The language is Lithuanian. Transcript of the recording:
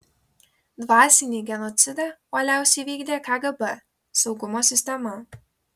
dvasinį genocidą uoliausiai vykdė kgb saugumo sistema